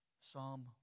Psalm